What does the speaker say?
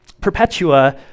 Perpetua